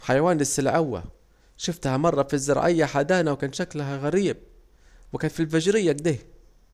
حيوان السلوعة، شوفتها مرة في الزراعية حدانا وكان شكلها غريب، وكان في الفجرية اكده